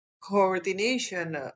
coordination